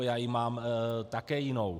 Já ji mám také jinou.